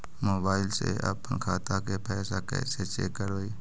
Mobile से अपन खाता के पैसा कैसे चेक करबई?